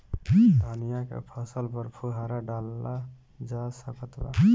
धनिया के फसल पर फुहारा डाला जा सकत बा?